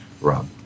Rob